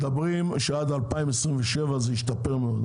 מדברים שעד 2027 זה ישתפר מאוד,